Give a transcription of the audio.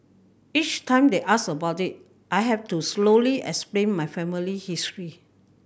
each time they ask about it I have to slowly explain my family history